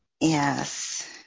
Yes